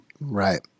Right